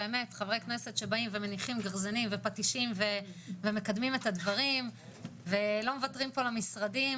שמניחים גרזנים ופטישים ומקדמים את הדברים ולא מוותרים פה למשרדים,